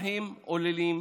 ובהם עוללים,